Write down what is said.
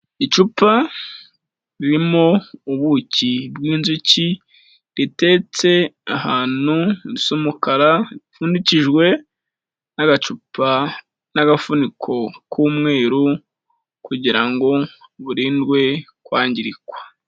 Icupa ririmo ubuki bw'inzuki riteretse ahantu, risa umukara, ripfundikijwe n'agacupa n'agafuniko k'umweru kugira ngo burindwe kwangirikwa.